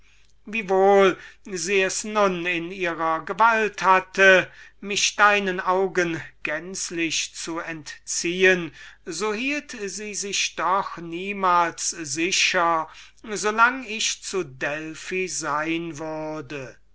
ob sie es nun gleich in ihrer gewalt hatte mich deinen augen gänzlich zu entziehen so hielt sie sich doch niemals sicher so lang ich zu delphi sein würde